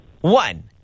one